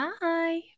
bye